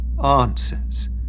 answers